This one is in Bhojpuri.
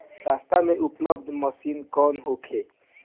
सस्ता में उपलब्ध मशीन कौन होखे?